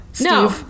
no